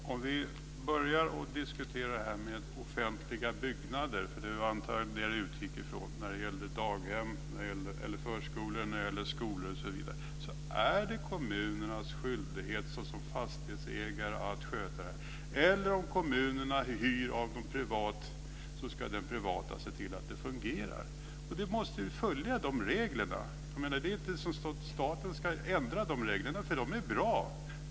Fru talman! Jag börjar med att ta upp frågan om offentliga byggnader, för jag antar att det var sådana som Rigmor Stenmark utgick ifrån när det gällde daghem, förskolor, skolor osv. Det är kommunernas skyldighet såsom fastighetsägare att sköta detta. Eller om kommunen hyr privat ska den privata fastighetsägaren se till att det fungerar. Man måste följa de regler som finns. Staten ska inte ändra dessa regler, för de är bra.